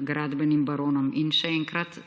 gradbenim baronom. In še enkrat,